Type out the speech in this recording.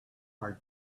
hard